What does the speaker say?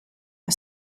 her